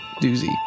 doozy